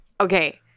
Okay